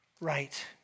right